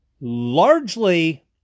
largely